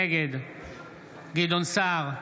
נגד גדעון סער,